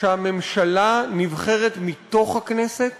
שהממשלה נבחרת מתוך הכנסת